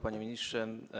Panie Ministrze!